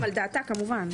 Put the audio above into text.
ועל דעתה כמובן.